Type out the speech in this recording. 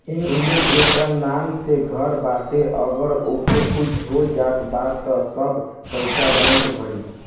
एमे जेकर नाम से घर बाटे अगर ओके कुछ हो जात बा त सब पईसा बैंक भरी